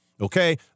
okay